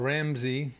Ramsey